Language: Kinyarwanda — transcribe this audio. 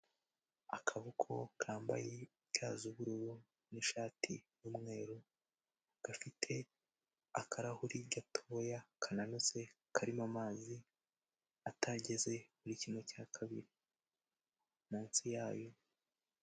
Akaboko kambaye ga z' ubururu n'ishati y'umweru ,gafite akarahuri gatoya kananutse karimo amazi atageze kuri kimwe ca kabiri munsi yayo.